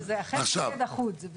אני